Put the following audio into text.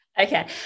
Okay